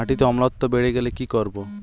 মাটিতে অম্লত্ব বেড়েগেলে কি করব?